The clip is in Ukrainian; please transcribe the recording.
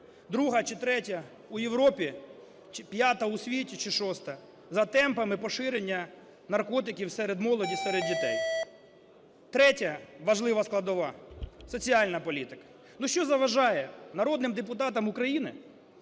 друга чи третя у Європі чи п'ята у світі чи шоста за темпами поширення наркотиків серед молоді, серед дітей. Третя важлива складова – соціальна політика. Ну, що заважає народним депутатам України